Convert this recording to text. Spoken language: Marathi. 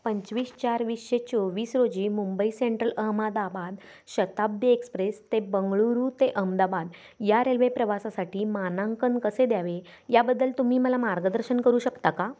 पंचवीस चार वीसशे चोवीस रोजी मुंबई सेंट्रल अहमदाबाद शताब्दी एक्सप्रेस ते बंगळुरू ते अहमदाबाद या रेल्वे प्रवासासाठी मानांकन कसे द्यावे याबद्दल तुम्ही मला मार्गदर्शन करू शकता का